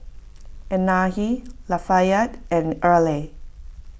Anahi Lafayette and Erle